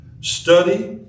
Study